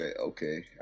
okay